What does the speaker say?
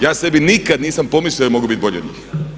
Ja sebi nikad nisam pomislio da mogu biti bolji od njih.